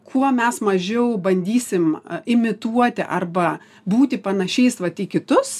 kuo mes mažiau bandysim imituoti arba būti panašiais vat į kitus